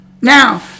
Now